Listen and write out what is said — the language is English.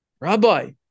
Rabbi